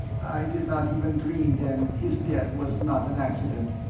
i did not even dream, then, his death was not an accident.